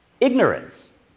ignorance